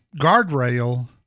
guardrail